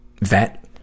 vet